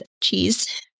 cheese